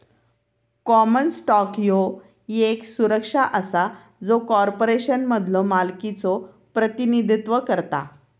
common stock ह्यो येक सुरक्षा असा जो कॉर्पोरेशनमधलो मालकीचो प्रतिनिधित्व करता